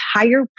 entire